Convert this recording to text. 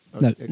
No